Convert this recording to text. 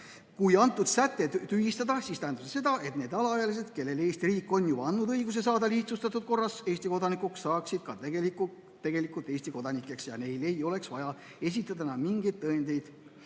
Kui see säte tühistada, siis tähendab see seda, et need alaealised, kellele Eesti riik on juba andnud õiguse saada lihtsustatud korras Eesti kodanikuks, saaksid tegelikult Eesti kodanikeks ja neil ei oleks vaja esitada enam mingeid tõendeid